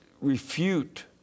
refute